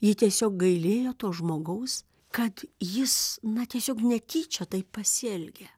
ji tiesiog gailėjo to žmogaus kad jis na tiesiog netyčia taip pasielgė